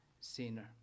sinner